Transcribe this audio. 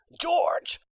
George